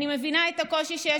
אני מבינה את הקושי שיש